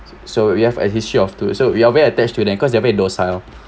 so so we have a history of two so we are very attached to them cause they are very docile